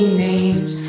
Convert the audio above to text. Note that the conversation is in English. names